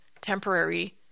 temporary